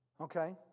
Okay